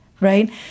right